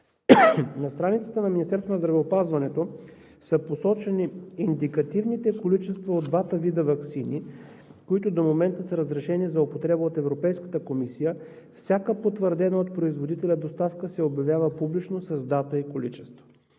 На страницата на Министерството на здравеопазването са посочени индикативните количества от двата вида ваксини, които до момента са разрешени за употреба от Европейската комисия, всяка доставка, потвърдена от производителя, се обявява публично с дата и количество.